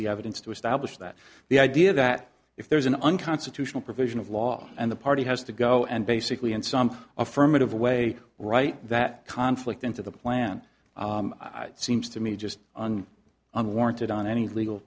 the evidence to establish that the idea that if there is an unconstitutional provision of law and the party has to go and basically in some affirmative way write that conflict into the plan seems to me just unwarranted on any legal